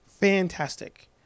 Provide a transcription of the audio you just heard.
fantastic